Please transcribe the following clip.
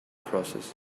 process